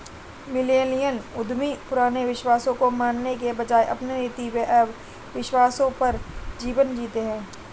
millennial उद्यमी पुराने विश्वासों को मानने के बजाय अपने नीति एंव विश्वासों पर जीवन जीते हैं